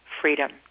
freedom